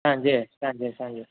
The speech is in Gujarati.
સાંજે સાંજે સાંજે